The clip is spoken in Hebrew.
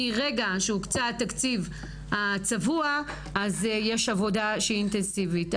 מרגע שהוקצה התקציב הצבוע יש עבודה שהיא אינטנסיבית.